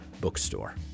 bookstore